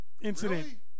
incident